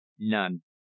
None